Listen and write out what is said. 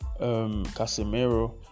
Casemiro